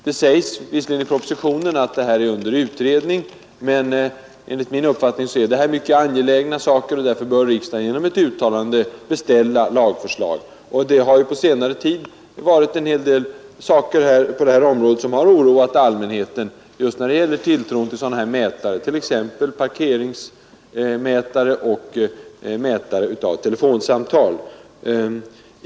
Det sägs visserligen i propositionen att dessa frågor är under utredning, men enligt min uppfattning är det mycket angelägna frågor, och därför bör riksdagen genom ett uttalande beställa lagförslag. Det har på senare tid inträffat en del på området, som har oroat allmänheten just när det gäller tilltron till mätare, t.ex. parkeringsmätare och mätare av telefonsamtal.